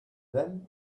then